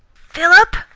philip!